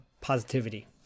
positivity